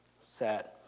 sad